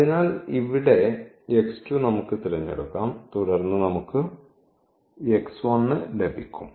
അതിനാൽ ഇവിടെ x2 നമുക്ക് തിരഞ്ഞെടുക്കാം തുടർന്ന് നമുക്ക് x1 ലഭിക്കും